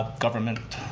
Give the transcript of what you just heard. government,